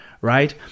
Right